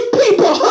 people